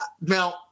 now